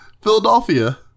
Philadelphia